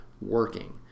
working